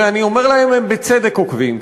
ואני אומר להם שהם בצדק עוקבים,